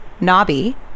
Nobby